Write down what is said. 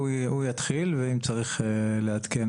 הוא יתחיל ואם צריך להוסיף אני אוסיף.